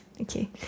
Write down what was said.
Okay